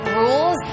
rules